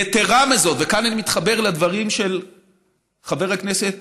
יתרה מזו, וכאן אני מתחבר לדברים של חבר הכנסת